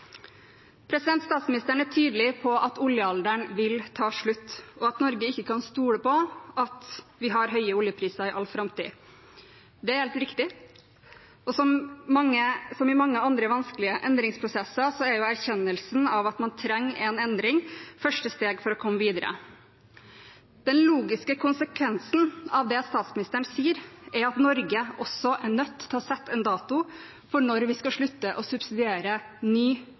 Statsministeren er tydelig på at oljealderen vil ta slutt, og at Norge ikke kan stole på at vi har høye oljepriser i all framtid. Det er helt riktig, og som i mange andre vanskelige endringsprosesser er erkjennelsen av at man trenger en endring, første steg for å komme videre. Den logiske konsekvensen av det statsministeren sier, er at Norge også er nødt til å sette en dato for når vi skal slutte å subsidiere ny